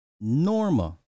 Norma